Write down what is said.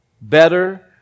better